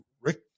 Rick